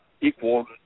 equal